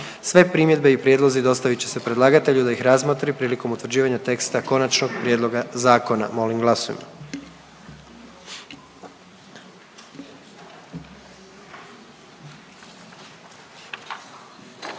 Sve primjedbe i prijedlozi dostavit će se predlagatelju da ih razmotri prilikom utvrđivanja teksta konačnog prijedloga zakona. Molim glasujmo.